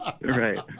Right